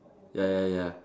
ya ya ya